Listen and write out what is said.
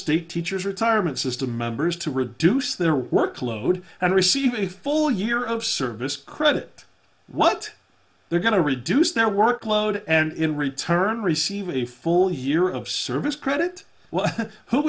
state teachers retirement system members to reduce their workload and receive a full year of service credit what they're going to reduce their workload and in return receive a full year of service credit w